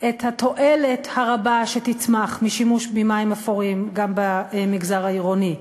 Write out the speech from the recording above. את התועלת הרבה שתצמח משימוש במים אפורים גם במגזר העירוני,